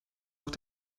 auch